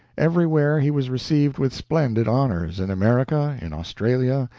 everywhere he was received with splendid honors in america, in australia,